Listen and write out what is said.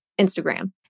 Instagram